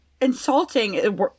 insulting